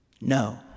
No